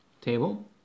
table